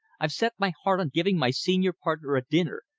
i've set my heart on giving my senior partner a dinner.